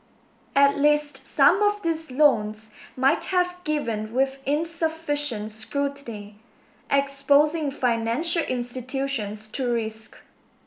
at least some of these loans might have given with insufficient scrutiny exposing financial institutions to risk